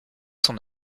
son